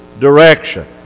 direction